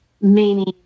meaning